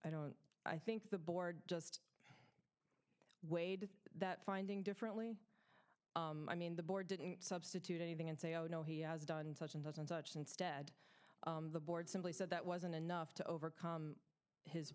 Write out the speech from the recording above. i don't i think the board just wade that finding differently i mean the board didn't substitute anything and say oh no he has done such and doesn't touch instead the board simply said that wasn't enough to overcome his